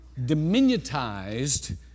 diminutized